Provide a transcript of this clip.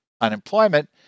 unemployment